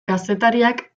kazetariak